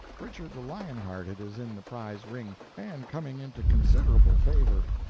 richard the lion-hearted is in the prize ring, and coming into considerable favor.